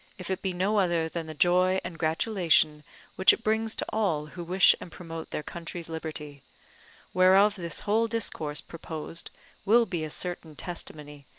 if it be no other than the joy and gratulation which it brings to all who wish and promote their country's liberty whereof this whole discourse proposed will be a certain testimony,